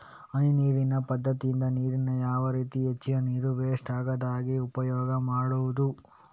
ಹನಿ ನೀರಿನ ಪದ್ಧತಿಯಿಂದ ನೀರಿನ್ನು ಯಾವ ರೀತಿ ಹೆಚ್ಚಿನ ನೀರು ವೆಸ್ಟ್ ಆಗದಾಗೆ ಉಪಯೋಗ ಮಾಡ್ಬಹುದು?